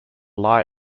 lie